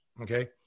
Okay